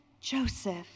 Joseph